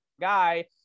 guy